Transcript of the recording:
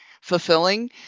fulfilling